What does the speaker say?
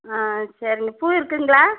ஆ சரி பூ இருக்குங்களா